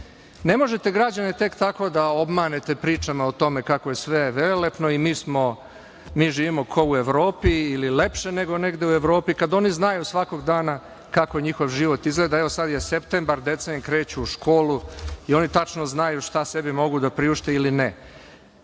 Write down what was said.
Ne možete građane tek tako da obmanete pričama o tome kako je sve velelepno i mi živimo ko u Evropi ili lepše nego negde u Evropi kada oni znaju svakog dana kako njihov život izgleda. Evo, sad je septembar, deca im kreću u školu i tačno znaju šta sebi mogu da priušte ili